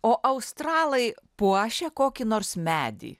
o australai puošia kokį nors medį